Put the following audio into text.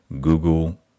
Google